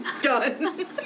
done